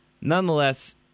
nonetheless